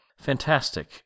fantastic